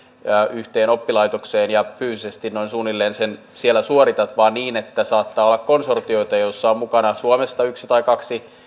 yhteen oppilaitokseen ja fyysisesti noin suunnilleen siellä sen suoritat vaan niin että saattaa olla konsortioita joissa on mukana suomesta yksi tai kaksi